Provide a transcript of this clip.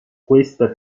questa